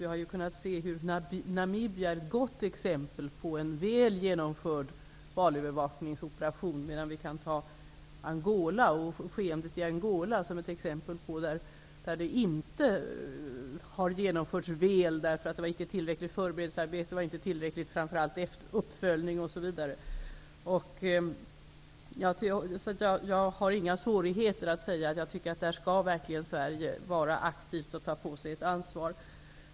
Vi har ju kunnat se hur Namibia är ett gott exempel på en väl genomförd valövervakningsoperation, medan vi kan ta Angola och skeendet där som ett exempel på när det inte har genomförts väl. Där var förberedelsearbetet inte tillräckligt och framför allt var uppföljningsarbetet inte tillräckligt. Där skall Sverige verkligen vara aktivt och ta på sig ett ansvar. Det har jag inga svårigheter att säga.